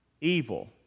evil